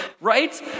right